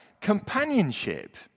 companionship